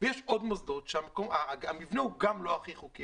יש עוד מוסדות שהמבנה הוא גם לא הכי חוקי